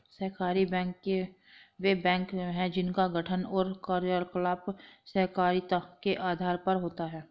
सहकारी बैंक वे बैंक हैं जिनका गठन और कार्यकलाप सहकारिता के आधार पर होता है